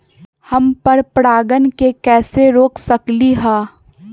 हम पर परागण के कैसे रोक सकली ह?